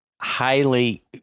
highly